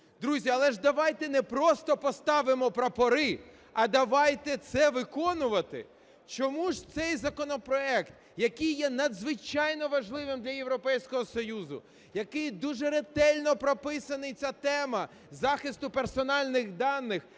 Друзі, але ж давайте не просто поставимо прапори, а давайте це виконувати. Чому ж цей законопроект, який є надзвичайно важливим для Європейського Союзу, який дуже ретельно прописаний, ця тема захисту персональних даних